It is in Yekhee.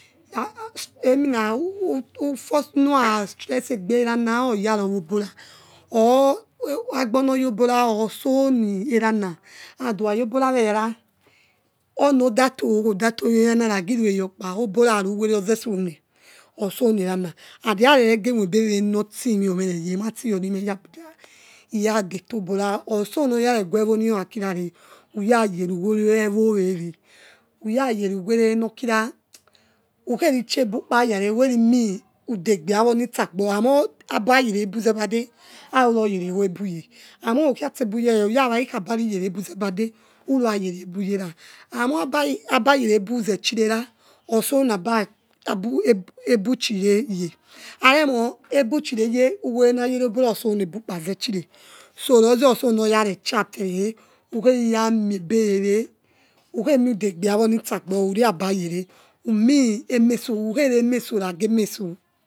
emina who nuyaya stress egbehe elana oyalo obula agbonoyobala oso nalana and hukhayo bula eyala unodato noyobola lago odato nuyobula oyabo okpa obula lu uwele ogesonana and hikharere mobuwhewhe notimewor merey hilatiyo meroya abuja iyadator obula osonoya re guevo nilo akila re huya yolo uwelo evo whewhe uya yelu uwele nokhile hukheluche buokpayare ukhelimi udegbe hawor nitse agbor amur aba yelo ebuzebade halulor yele wa buye amur hukluatsebu ye uya wa ikhaba yele obuzedo hulor ayele ebuyela amur abayele ebuzechile la oso nabu chuye aremur ebuchiye aremur uwelo nayele obula oso nabukpaze chire so loze osonoya rechafere huliya miobewhewhe hukheli miudegbe wor nika agbor umiemaso hukheliamasa lagi emaso.